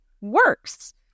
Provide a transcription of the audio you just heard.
works